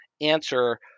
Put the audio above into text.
answer